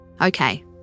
Okay